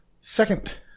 Second